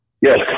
Yes